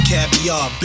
Caviar